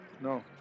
No